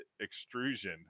extrusion